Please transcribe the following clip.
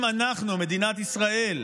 אם אנחנו, מדינת ישראל,